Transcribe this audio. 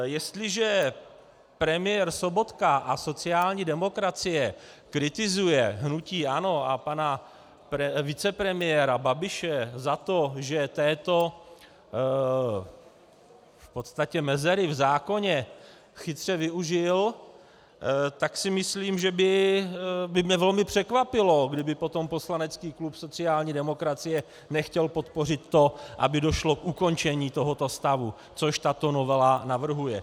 Jestliže premiér Sobotka a sociální demokracie kritizuje hnutí ANO a pana vicepremiéra Babiše za to, že této v podstatě mezery v zákoně chytře využil, tak si myslím, že by mě velmi překvapilo, kdyby potom poslanecký klub sociální demokracie nechtěl podpořit to, aby došlo k ukončení toho stavu, což tato novela navrhuje.